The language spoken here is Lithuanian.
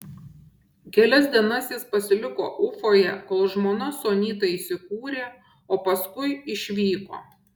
kelias dienas jis pasiliko ufoje kol žmona su anyta įsikūrė o paskui išvyko